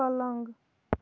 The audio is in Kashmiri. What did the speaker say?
پلنٛگ